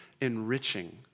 enriching